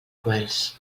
cruels